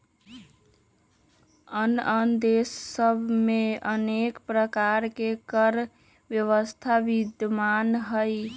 आन आन देश सभ में अनेक प्रकार के कर व्यवस्था विद्यमान हइ